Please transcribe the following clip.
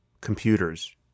computers